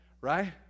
Right